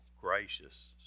gracious